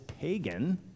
pagan